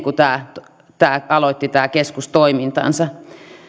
kuin tämä tämä keskus aloitti toimintansa